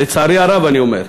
לצערי הרב, אני אומר,